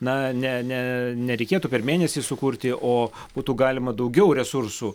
na ne ne nereikėtų per mėnesį sukurti o būtų galima daugiau resursų